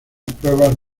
pruebas